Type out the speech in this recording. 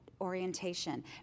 orientation